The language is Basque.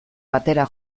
batera